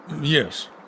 Yes